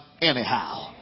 anyhow